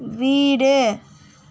வீடு